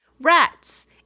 Rats